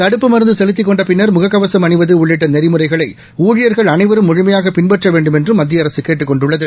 தடுப்பு மருந்து செலுத்திக் கொண்ட பின்னா் முக கவசம் அணிவது உள்ளிட்ட நெறிமுறைகளை ஊழியர்கள் அனைவரும் முழுமையாக பின்பற்ற வேண்டுமென்றும் மத்திய அரசு கேட்டுக் கொண்டுள்ளது